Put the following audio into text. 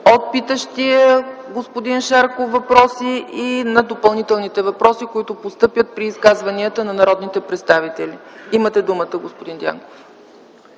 от питащия господин Шарков въпроси и на допълнителните въпроси, които постъпват при изказванията на народните представители. Господин Дянков,